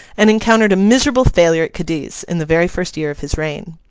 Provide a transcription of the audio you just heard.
and encountered a miserable failure at cadiz, in the very first year of his reign.